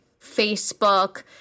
Facebook